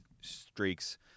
streaks